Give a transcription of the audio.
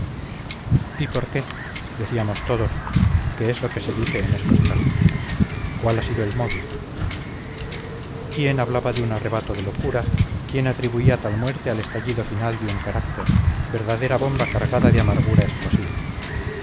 y por qué decíamos todos que es lo que se dice en estos casos cuál ha sido el móvil quién hablaba de un arrebato de locura quién atribuía tal muerte al estallido final de un carácter verdadera bomba cargada de amargura explosiva